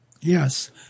Yes